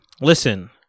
listen